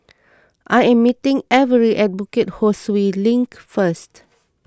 I am meeting Avery at Bukit Ho Swee Link first